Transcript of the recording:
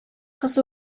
кыз